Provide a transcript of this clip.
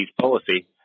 policy